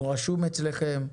הוא רשום אצלכם,